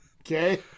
Okay